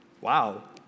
wow